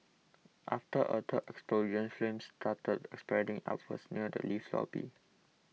after a third explosion flames started spreading upwards near the lift lobby